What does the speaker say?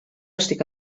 estic